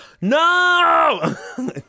no